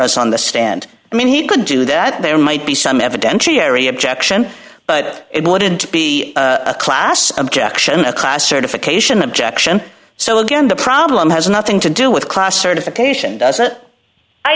z on the stand i mean he could do that there might be some evidentiary objection but it wouldn't be a class objection a class certification objection so again the problem has nothing to do with class certification doesn't i